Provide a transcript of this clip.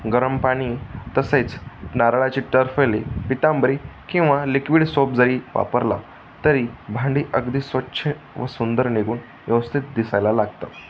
गरम पाणी तसेच नारळाची टरफले पितांबरी किंवा लिक्विड सोप जरी वापरला तरी भांडी अगदी स्वच्छ व सुंदर निघून व्यवस्थित दिसायला लागतात